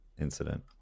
incident